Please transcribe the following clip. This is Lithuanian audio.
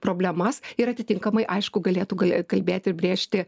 problemas ir atitinkamai aišku galėtų galėt kalbėt ir brėžti